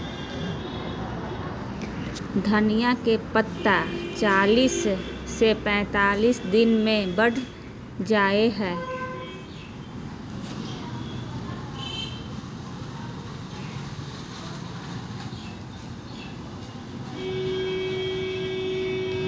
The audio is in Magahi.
धनिया के पत्ता चालीस से पैंतालीस दिन मे बढ़ जा हय